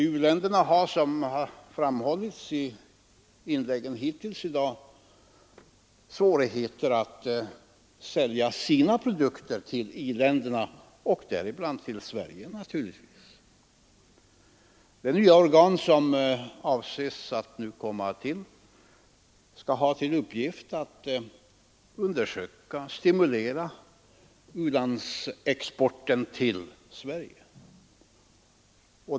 U-länderna har, som framhållits i inläggen hittills i dag, svårigheter att sälja sina produkter till i-länderna, däribland till Sverige. Det nya organ som nu avses komma till skall ha till uppgift att undersöka och stimulera u-landsexporten till Sverige.